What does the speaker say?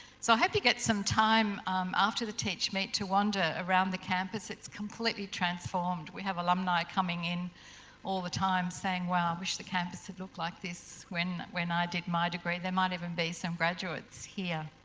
so, i hope you get some time after the teachmeet to wander around the campus, it's completely transformed, we have alumni coming in all the time saying wow, i wish the campus had looked like this when when i did my degree there might even be some graduates here.